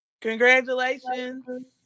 Congratulations